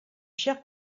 chers